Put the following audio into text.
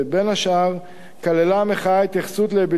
בין השאר כללה המחאה התייחסות להיבטים